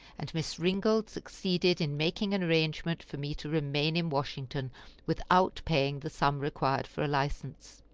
and miss ringold succeeded in making an arrangement for me to remain in washington without paying the sum required for a license